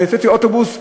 אני הוצאתי אוטובוס.